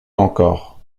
encore